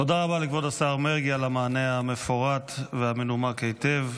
תודה רבה לכבוד השר מרגי על המענה המפורט והמנומק היטב,